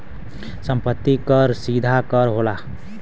सम्पति कर सीधा कर होला